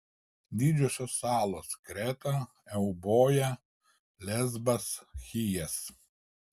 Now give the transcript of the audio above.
didžiausios salos kreta euboja lesbas chijas